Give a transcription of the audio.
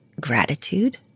gratitude